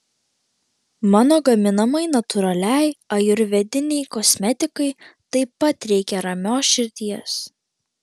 mano gaminamai natūraliai ajurvedinei kosmetikai taip pat reikia ramios širdies